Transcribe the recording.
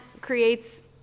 creates